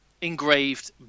engraved